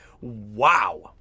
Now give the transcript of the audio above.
Wow